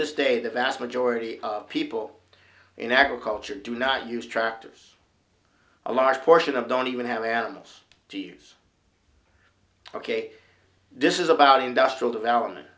this day the vast majority of people in agriculture do not use tractors a large portion of don't even have animals two years ok this is about industrial development